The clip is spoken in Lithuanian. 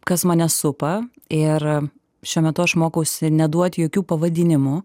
kas mane supa ir šiuo metu aš mokausi neduot jokių pavadinimų